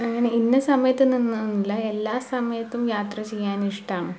അങ്ങനെ ഇന്ന സമയത്തൊന്നില്ല എല്ലാ സമയത്തും യാത്ര ചെയ്യാൻ ഇഷ്ട്ടാണ്